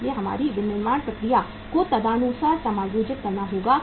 इसलिए हमारी विनिर्माण प्रक्रिया को तदनुसार समायोजित करना होगा